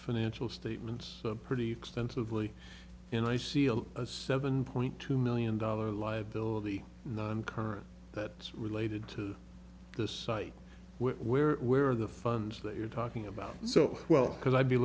financial statements pretty extensively and i see a seven point two million dollar liability on current that's related to the site where where are the funds that you're talking about so well because i'd be